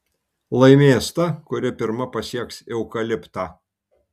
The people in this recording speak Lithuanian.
laimės ta kuri pirma pasieks eukaliptą